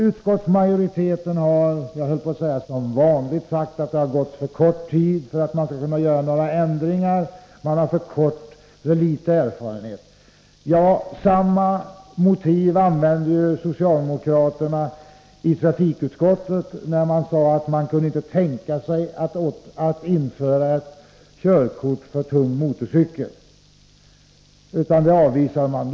Utskottsmajoriteten har, som vanligt, sagt att det gått för kort tid för att man skall kunna göra några ändringar. Man har för liten erfarenhet. Samma motivering använde socialdemokraterna i trafikutskottet när de sade att de inte kunde tänka sig att införa körkort för tung motorcykel utan avvisade det kravet.